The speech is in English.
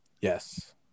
Yes